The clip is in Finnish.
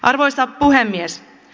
arvoisa puhemies